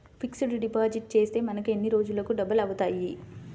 Fixed deposit చేస్తే మనకు ఎన్ని రోజులకు డబల్ అవుతాయి?